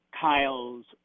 Kyle's